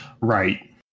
right